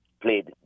played